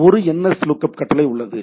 எனவே ஒரு nslookup கட்டளை உள்ளது